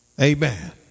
Amen